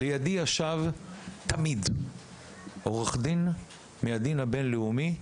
לידי תמיד ישב עורך דין מהדין הבין לאומי,